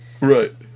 Right